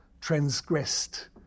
transgressed